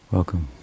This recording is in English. Welcome